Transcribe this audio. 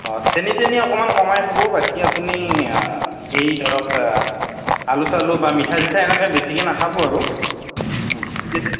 অ' চেনি তেনি অকণমান কমাই খাব বাকী আপুনি এই ধৰক আলু চালু বা মিঠা চিঠা এনেকৈ বেছিকৈ নাখাব আৰু